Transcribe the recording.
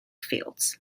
fields